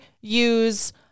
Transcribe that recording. use